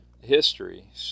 History